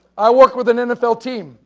i worked with an nfl team.